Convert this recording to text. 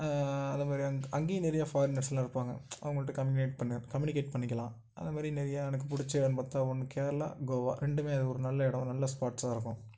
அதேமாரி அங்க் அங்கேயும் நிறையா ஃபாரினர்ஸ்லாம் இருப்பாங்க அவங்கள்கிட்ட கம்யூனிகேட் பண்ணு கம்யூனிகேட் பண்ணிக்கலாம் அதேமாரி நிறையா எனக்கு பிடிச்ச மற்ற ஒன்று கேரளா கோவா ரெண்டுமே அது ஒரு நல்ல இடம் நல்லா ஸ்பார்ட்ஸாக இருக்கும்